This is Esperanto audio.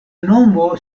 nomo